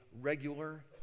regular